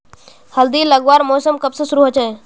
हल्दी लगवार मौसम कब से शुरू होचए?